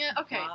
Okay